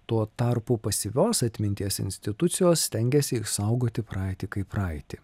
tuo tarpu pasyvios atminties institucijos stengiasi išsaugoti praeitį kaip praeitį